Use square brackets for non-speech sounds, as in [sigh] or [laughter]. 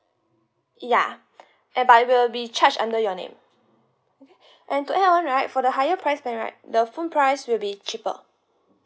ya and but it will be charged under your name okay [breath] and to add on right for the higher price plan right the phone price will be cheaper